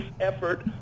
effort